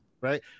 right